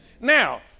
Now